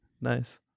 Nice